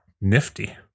nifty